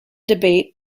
debate